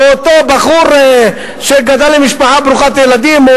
או אותו בחור שגדל למשפחה ברוכת ילדים,